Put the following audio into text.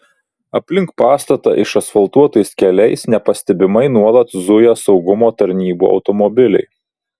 aplink pastatą išasfaltuotais keliais nepastebimai nuolat zuja saugumo tarnybų automobiliai